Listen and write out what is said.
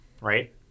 right